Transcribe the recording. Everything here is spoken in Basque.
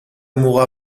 muga